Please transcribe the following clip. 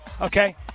okay